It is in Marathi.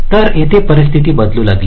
तर येथे परिस्थिती बदलू लागली